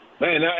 man